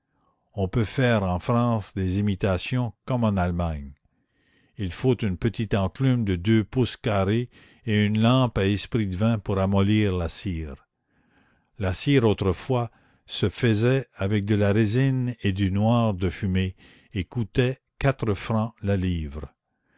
on peut faire en france des imitations comme en allemagne il faut une petite enclume de deux pouces carrés et une lampe à esprit de vin pour amollir la cire la cire autrefois se faisait avec de la résine et du noir de fumée et coûtait quatre francs la livre